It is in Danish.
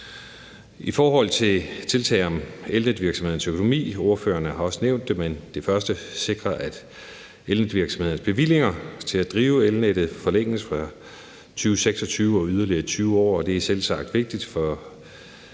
I forhold til tiltagene om elnetvirksomhedernes økonomi – ordførerne har også nævnt det – sikrer det første, at elnetvirksomhedernes bevillinger til at drive elnettet forlænges fra 2026 og yderligere i 20 år. Det er selvsagt vigtigt for